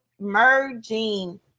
merging